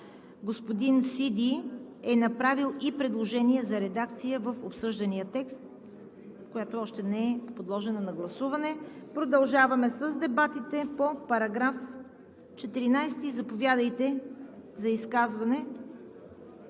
Господин Сиди е направил и предложение за редакция в обсъждания текст, която още не е подложена на гласуване. Продължаваме с дебатите по § 14. Заповядайте за изказване,